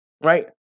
Right